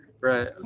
Right